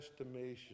estimation